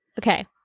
Okay